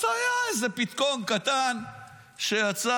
אז היה איזה פתקון קטן שיצא.